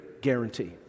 guarantee